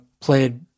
played